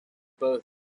both